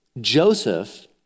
Joseph